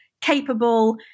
capable